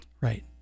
Right